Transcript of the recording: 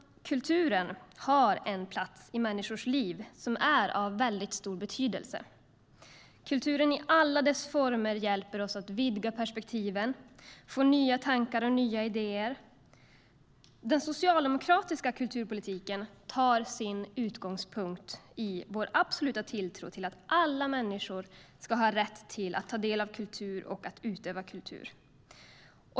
Kulturen har en plats i människors liv som är av stor betydelse. Kulturen i alla dess former hjälper oss att vidga perspektiven, få nya tankar och nya idéer. Den socialdemokratiska kulturpolitiken tar sin utgångspunkt i vår absoluta tilltro till att alla människor ska ha rätt till att ta del av kultur och utöva kultur.